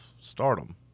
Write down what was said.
stardom